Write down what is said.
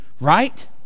right